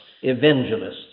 evangelists